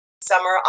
summer